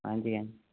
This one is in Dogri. हां जी